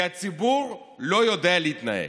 כי הציבור לא יודע להתנהג.